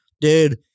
dude